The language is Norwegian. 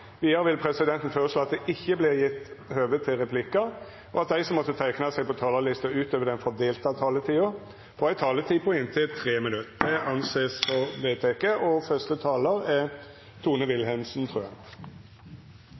Vidare vil presidenten føreslå at det ikkje vert gjeve høve til replikkar, og at dei som måtte teikna seg på talarlista utover den fordelte taletida, òg får ei taletid på inntil 3 minutt. – Det er vedteke.